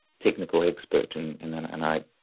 technical expert and and then and i,